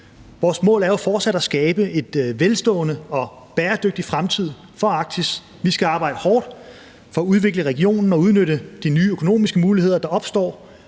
fortsat at skabe en velstående og bæredygtig fremtid for Arktis. Vi skal arbejde hårdt for at udvikle regionen og udnytte de nye økonomiske muligheder, der opstår,